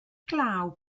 glaw